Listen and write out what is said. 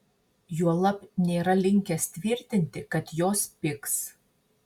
juolab nėra linkęs tvirtinti kad jos pigs